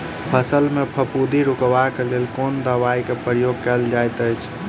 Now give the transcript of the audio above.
फसल मे फफूंदी रुकबाक लेल कुन दवाई केँ प्रयोग कैल जाइत अछि?